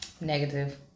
Negative